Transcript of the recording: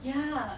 ya